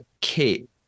Kate